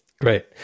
Great